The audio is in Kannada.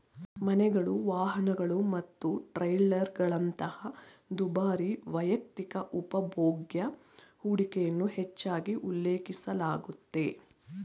ಮನೆಗಳು, ವಾಹನಗಳು ಮತ್ತು ಟ್ರೇಲರ್ಗಳಂತಹ ದುಬಾರಿ ವೈಯಕ್ತಿಕ ಉಪಭೋಗ್ಯ ಹೂಡಿಕೆಯನ್ನ ಹೆಚ್ಚಾಗಿ ಉಲ್ಲೇಖಿಸಲಾಗುತ್ತೆ